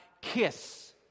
kiss